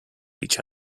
each